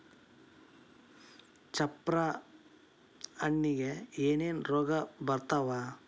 ಚಪ್ರ ಹಣ್ಣಿಗೆ ಏನೇನ್ ರೋಗ ಬರ್ತಾವ?